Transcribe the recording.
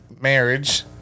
marriage